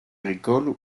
agricoles